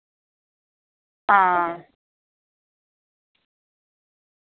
आं